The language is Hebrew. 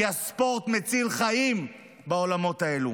כי הספורט מציל חיים בעולמות האלה.